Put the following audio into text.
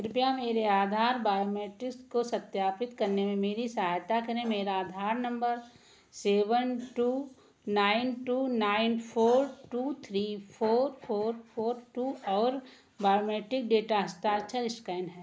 कृपया मेरे आधार बायोमेट्रिक्स को सत्यापित करने में मेरी सहायता करें मेरा Aadhaar number seven two nine two nine four two three four four four two है और बायोमेट्रिक डेटा हस्ताक्षर एस्कैन है